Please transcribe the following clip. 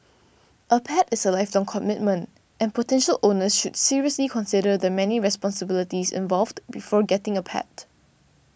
a pet is a lifelong commitment and potential owners should seriously consider the many responsibilities involved before getting a pet